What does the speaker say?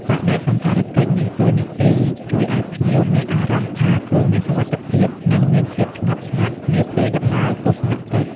បដិសណ្ឋារកិច្ចមានតួនាទីជួយឲ្យភ្ញៀវមានអារម្មណ៍ថាខ្លួនមានសុវត្ថិភាពនិងមានភាពស្ងប់ស្ងាត់នាពេលដំណើរទស្សនកិច្ច។